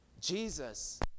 Jesus